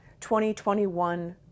2021